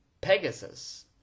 Pegasus